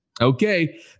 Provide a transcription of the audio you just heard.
Okay